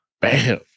Bam